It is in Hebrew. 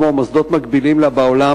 כמו מוסדות מקבילים לה בעולם,